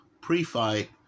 pre-fight